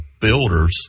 builders